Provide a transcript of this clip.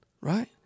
Right